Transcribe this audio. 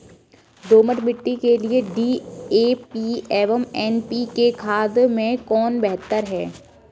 दोमट मिट्टी के लिए डी.ए.पी एवं एन.पी.के खाद में कौन बेहतर है?